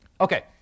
Okay